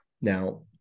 Now